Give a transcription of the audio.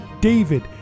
David